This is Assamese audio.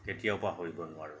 কেতিয়াও পাহৰিব নোৱাৰোঁ